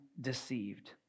deceived